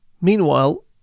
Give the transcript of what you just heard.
meanwhile